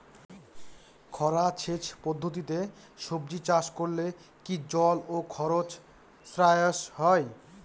খরা সেচ পদ্ধতিতে সবজি চাষ করলে কি জল ও খরচ সাশ্রয় হয়?